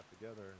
together